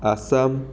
Assam